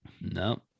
No